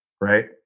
right